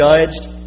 judged